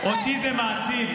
אותי זה מעציב,